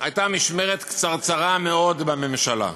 משמרת קצרצרה מאוד בממשלה.